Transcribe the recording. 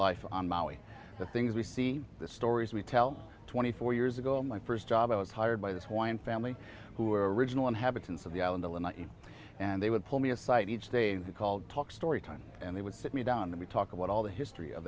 life on maui the things we see the stories we tell twenty four years ago my first job i was hired by this point family who original inhabitants of the island illinois and they would pull me aside each day they called talk story time and they would sit me down that we talk about all the history of